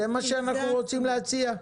זה מה שאנחנו רוצים להציע,